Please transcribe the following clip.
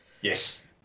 Yes